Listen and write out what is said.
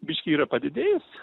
biškį yra padidėjus